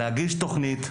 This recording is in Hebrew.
להגיש תוכנית,